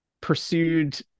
pursued